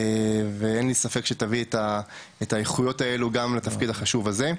ואין לי ספק שתביא את האיכויות האלה גם לתפקיד החשוב זה.